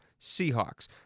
Seahawks